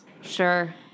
Sure